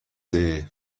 ear